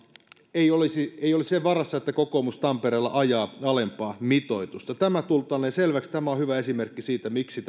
ei olisi sen varassa että kokoomus tampereella ajaa alempaa mitoitusta tämä kai tuli selväksi tämä on hyvä esimerkki siitä miksi